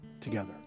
Together